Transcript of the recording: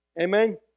amen